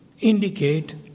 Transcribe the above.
indicate